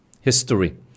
history